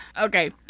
Okay